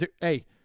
Hey